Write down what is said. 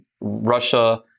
Russia